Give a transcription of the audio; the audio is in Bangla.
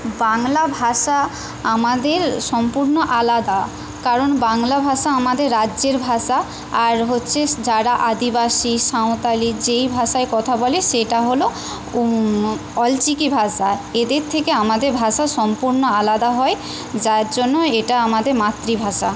বাংলা ভাষা আমাদের সম্পূর্ণ আলাদা কারণ বাংলা ভাষা আমাদের রাজ্যের ভাষা আর হচ্ছে যারা আদিবাসী সাঁওতালি যে ভাষাই কথা বলে সেটা হল অলচিকি ভাষা এদের থেকে আমাদের ভাষা সম্পূর্ণ আলাদা হয় যার জন্য এটা আমাদের মাতৃভাষা